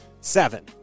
Seven